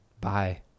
bye